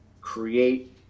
create